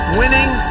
winning